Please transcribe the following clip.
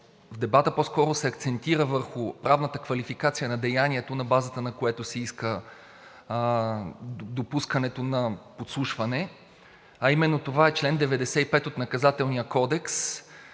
в дебата по-скоро се акцентира върху правната квалификация на деянието, на базата на което се иска допускането на подслушване, а именно това е чл. 95 от Наказателния кодекс